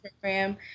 program